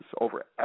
over